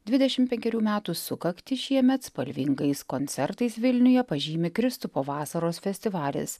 dvidešim penkerių metų sukaktį šiemet spalvingais koncertais vilniuje pažymi kristupo vasaros festivalis